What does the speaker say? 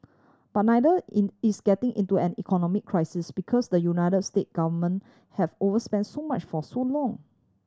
but neither in is getting into an economic crisis because the United States government have overspent so much for so long